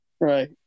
Right